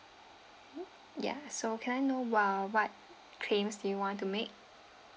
ya so can I know while what claims do you want to make